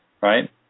right